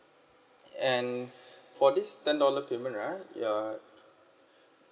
and for this ten dollar payment right you're